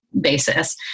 Basis